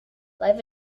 life